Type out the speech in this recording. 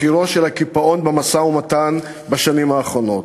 מחירו של הקיפאון במשא-ומתן בשנים האחרונות.